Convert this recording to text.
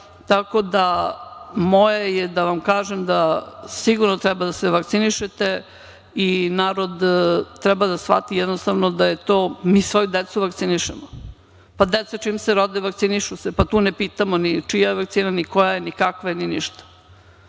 tako da, moje je da vam kažem da sigurno treba da se vakcinišete i narod treba da shvati da, je to mi svoju decu vakcinišemo. Pa, deca čim se rode vakcinišu se, pa tu ne pitamo ni čija vakcina, ni koja je, ni kakva je, ni ništa,